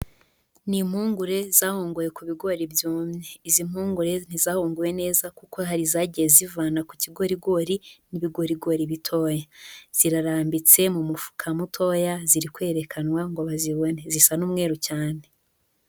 Ni impungure zahunguwe ku bigori byumye. Izi mpungure ntizahunguwe neza kuko hari izagiye zivana ku kigorigori n'ibigorigori bitoya. Zirarambitse mu mufuka mutoya, ziri kwerekanwa ngo bazibone. Zisa n'umweru cyane.